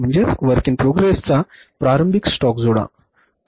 मग WIP चा प्रारंभिक स्टॉक जोडा